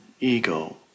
ego